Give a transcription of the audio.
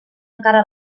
encara